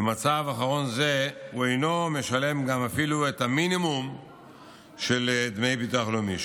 ובמצב זה הוא אינו משלם אפילו את המינימום של דמי ביטוח לאומי.